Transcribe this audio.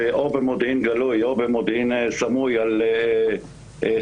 או במודיעין גלוי או במודיעין סמוי על חיכוך,